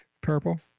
Purple